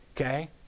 okay